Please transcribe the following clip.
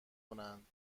کنند